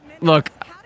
Look